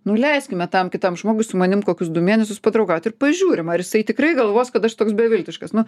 nu leiskime tam kitam žmogus su manim kokius du mėnesius padraugaut ir pažiūrim ar jisai tikrai galvos kad aš toks beviltiškas nu